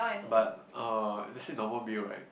but uh let's say normal meal right